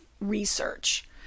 research